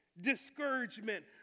Discouragement